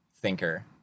thinker